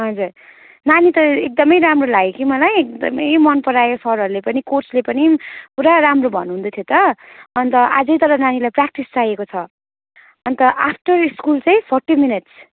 हजुर नानी त एकदमै राम्रो लाग्यो कि मलाई एकदमै मन परायो सरहरूले पनि कोचले पनि पुरा राम्रो भन्नुहुँदै थियो त अन्त अझै तर नानीलाई प्र्याक्टिस चाहिएको छ अन्त आफ्टर स्कुल चाहिँ फोर्टी मिनट्स